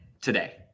today